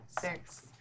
six